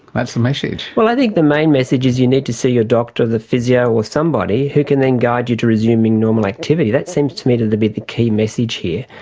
that's the message. well, i think the main message is you need to see your doctor, the physio or somebody who can then guide you to resuming normal activity. that seems to me to be the key message here.